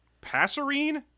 Passerine